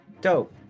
Dope